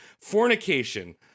fornication